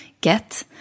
get